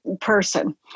person